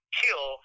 kill